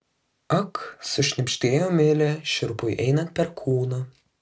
ak sušnibždėjo milė šiurpui einant per kūną